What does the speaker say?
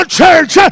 church